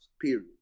period